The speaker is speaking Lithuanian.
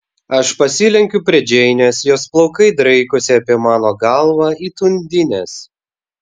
aš pasilenkiu prie džeinės jos plaukai draikosi apie mano galvą it undinės